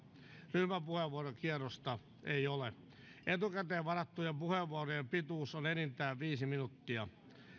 ryhmäpuheenvuorokierrosta ei ole etukäteen varattujen puheenvuorojen pituus on enintään viisi minuuttia